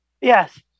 yes